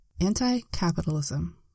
Anti-capitalism